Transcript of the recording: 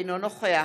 אינו נוכח